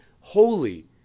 holy